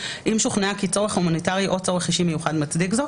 אם שוכנעה כי צורך הומניטרי או צורך אישי מיוחד מצדיק זאת,